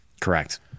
Correct